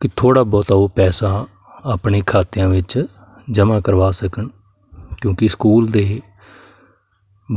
ਕਿ ਥੋੜ੍ਹਾ ਬਹੁਤਾ ਉਹ ਪੈਸਾ ਆਪਣੇ ਖਾਤਿਆਂ ਵਿੱਚ ਜਮ੍ਹਾਂ ਕਰਵਾ ਸਕਣ ਕਿਉਂਕਿ ਸਕੂਲ ਦੇ